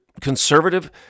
conservative